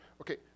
okay